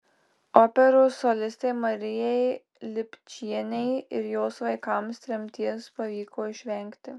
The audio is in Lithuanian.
operos solistei marijai lipčienei ir jos vaikams tremties pavyko išvengti